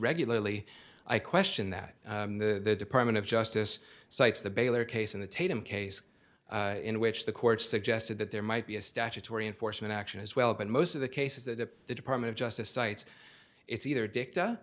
regularly i question that the department of justice cites the baylor case in the tatum case in which the court suggested that there might be a statutory enforcement action as well but most of the cases that the department of justice cites it's either dicta or